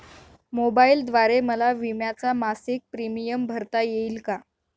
मोबाईलद्वारे मला विम्याचा मासिक प्रीमियम भरता येईल का?